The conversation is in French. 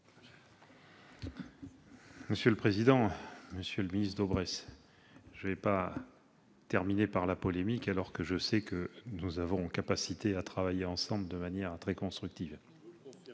M. le ministre. Monsieur Daubresse, je ne vais pas terminer par la polémique alors que je sais que nous avons la capacité de travailler ensemble de manière très constructive.